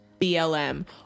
BLM